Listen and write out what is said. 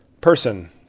person